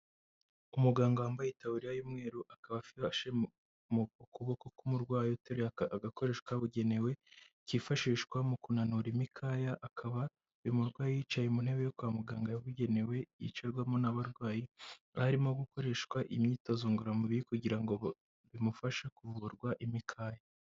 Umuganga wambaye itaburiya y'umweru akaba afashe mu kuboko k'umurwayi uteruye agakoresho kabugenewe, kifashishwa mu kunanura imikaya, akaba uyu murwayi yicaye mu ntebe yo kwa muganga yabugenewe, yicarwamo n'abarwayi, barimo gukoreshwa imyitozo ngororamubiri, kugira ngo bimufashe kuvurwa imikaya.